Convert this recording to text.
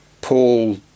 Paul